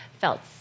felt